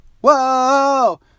Whoa